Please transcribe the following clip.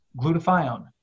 glutathione